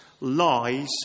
lies